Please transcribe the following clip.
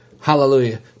Hallelujah